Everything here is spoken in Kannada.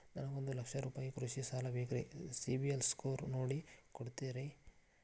ನನಗೊಂದ ಲಕ್ಷ ರೂಪಾಯಿ ಕೃಷಿ ಸಾಲ ಬೇಕ್ರಿ ಸಿಬಿಲ್ ಸ್ಕೋರ್ ನೋಡಿ ಕೊಡ್ತೇರಿ?